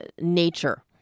nature